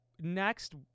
next